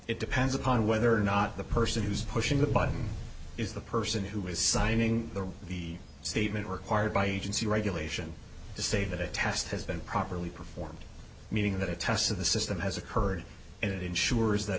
it depends upon whether or not the person who's pushing the button is the person who is signing the the statement required by agency regulation to say that a test has been properly performed meaning that a test of the system has occurred and it ensures that